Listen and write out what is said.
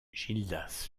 gildas